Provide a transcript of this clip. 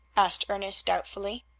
asked ernest doubtfully.